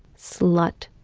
slut.